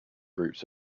groups